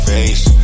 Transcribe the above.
Face